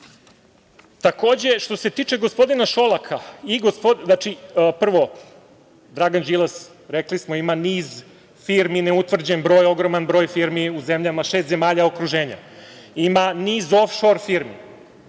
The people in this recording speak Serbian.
Šolaka i gospodina, znači, prvo, Dragan Đilas, rekli smo ima niz firmi ne utvrđen broj, ogroman broj firmi u zemljama šest zemalja okruženja. Ima niz ofšor firmi.